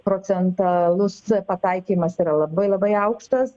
procentalus pataikymas yra labai labai aukštas